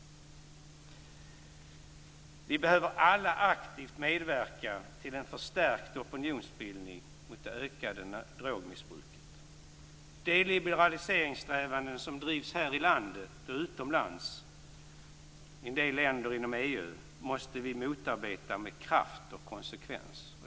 Vi behöver alla aktivt medverka till en förstärkt opinionsbildning mot det ökade drogmissbruket. De liberaliseringssträvanden som drivs här i landet och utomlands i en del länder inom EU måste vi motarbeta med kraft och konsekvens.